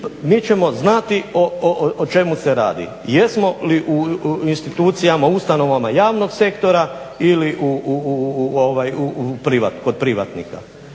mi ćemo znati o čemu se radi. Jesmo li u institucijama, ustanovama javnog sektora ili kod privatnika.